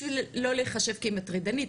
כדי לא להיחשב מטרידנית,